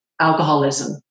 alcoholism